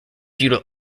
feudal